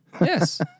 Yes